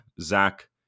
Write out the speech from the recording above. Zach